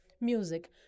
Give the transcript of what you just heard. Music